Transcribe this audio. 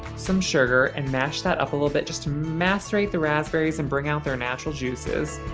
some sugar and mash that up a little bit just to macerate the raspberries and bring out their natural juices.